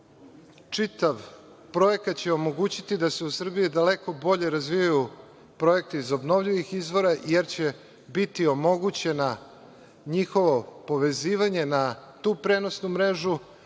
čitav projekat će omogućiti da se u Srbiji daleko bolje razvijaju projekti iz obnovljivih izvora, jer će biti omogućeno njihovo povezivanje na tu prenosnu mrežu,